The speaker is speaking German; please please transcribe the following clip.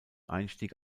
einstieg